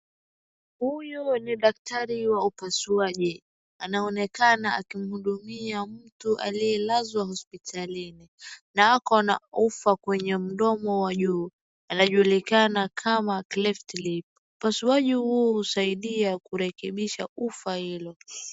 Huyu ni daktari wa upasuaji. Anaonekana akimhudumia mtu aliyelazwa hospitalini, na ako na ufa kwenye mdomo wa juu. Anajulikana kama cleft lip . Upasuaji huu husaidia kurekebisha ufa hilo.